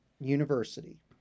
University